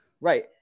Right